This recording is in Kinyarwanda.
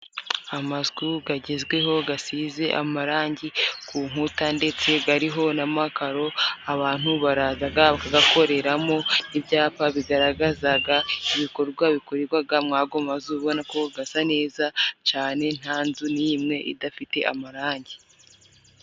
Amazwu gagezweho gasize amarangi ku nkuta ndetse gariho n'makaro abantu barazaga bagagakoreramo, ibyapa bigaragazaga ibikorwa bikorerwaga mwago mazu ubonako gasa neza cane, nta nzu n'imwe idafite amarangi.